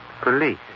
Police